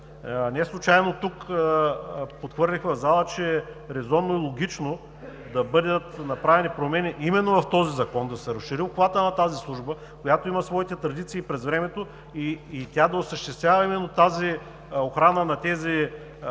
Неслучайно подхвърлих в залата, че е резонно, логично да бъдат направени промени именно в този закон, да се разшири обхватът на тази служба, която има своите традиции през времето, и тя да осъществява именно тази охрана на тези